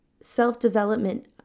self-development